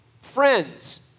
Friends